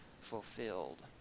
fulfilled